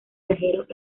viajeros